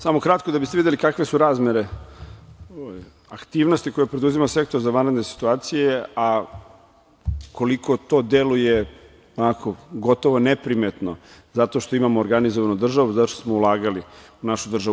Samo kratko, da biste videli kakve su razmere aktivnosti koje preduzima Sektor za vanredne situacije, a koliko to deluje, onako gotovo neprimetno zato što imamo organizovanu državu, zato što smo ulagali u našu državu.